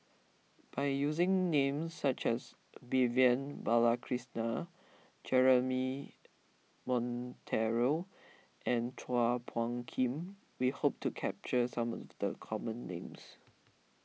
by using names such as Vivian Balakrishnan Jeremy Monteiro and Chua Phung Kim we hope to capture some of the common names